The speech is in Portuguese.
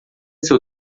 seu